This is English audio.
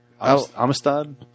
amistad